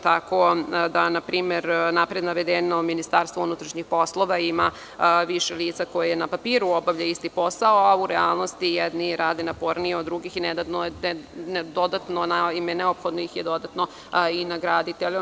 Tako da napred navedeno Ministarstvo unutrašnjih poslova ima više lica koje na papiru obavlja isti posao, a u realnosti jedni rade napornije od drugih i neophodno ih je dodatno nagraditi.